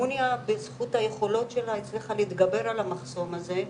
מוניה בזכות היכולות שלה הצליחה להתגבר על המחסום הזה,